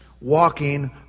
walking